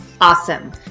Awesome